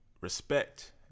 Respect